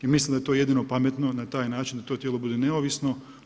I mislim da je to jedino pametno na taj način da to tijelo bude neovisno.